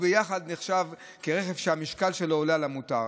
וביחד נחשב כרכב שהמשקל שלו עולה על המותר.